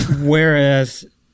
Whereas